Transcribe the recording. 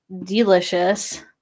delicious